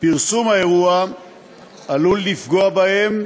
פרסום האירוע עלול לפגוע בהם,